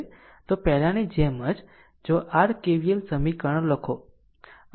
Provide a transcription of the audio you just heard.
તો પહેલાની જેમ જ જો r KVL સમીકરણો લખો આ માટે તે પછીથી લખાયેલું છે